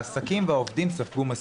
העסקים והעובדים ספגו מספיק.